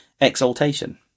exaltation